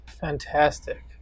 Fantastic